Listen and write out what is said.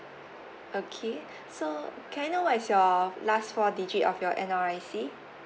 okay so can I know what is your last four digit of your N_R_I_C